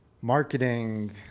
marketing